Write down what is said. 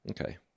Okay